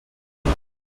light